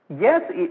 Yes